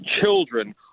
children